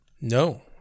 No